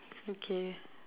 okay